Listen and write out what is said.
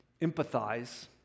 empathize